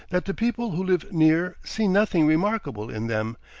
that the people who live near see nothing remarkable in them,